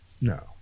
no